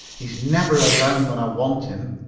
he's never around when i want him.